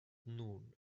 noon